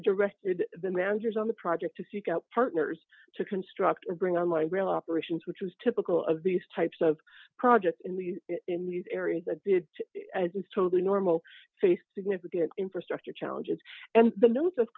directed the managers on the project to seek out partners to construct a bring on light rail operations which is typical of these types of projects in the in these areas as is totally normal faced significant infrastructure challenges and the n